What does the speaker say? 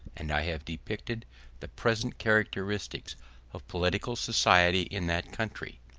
and i have depicted the present characteristics of political society in that country.